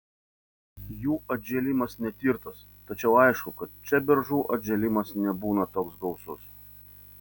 jų atžėlimas netirtas tačiau aišku kad čia beržų atžėlimas nebūna toks gausus